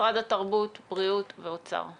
משרד התרבות, משרד הבריאות והאוצר.